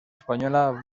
espanyola